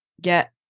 get